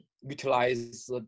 utilize